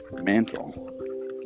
mantle